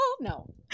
No